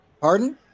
Pardon